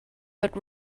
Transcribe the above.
but